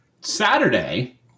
Saturday